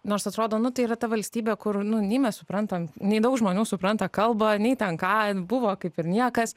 nors atrodo nu tai yra ta valstybė kur nu nei mes suprantam nei daug žmonių supranta kalbą nei ten ką buvo kaip ir niekas